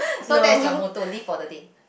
so that's your motto live for the day